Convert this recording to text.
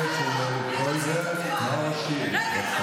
את והחברים שלך.